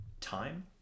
time